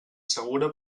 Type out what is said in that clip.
segura